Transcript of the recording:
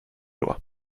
lois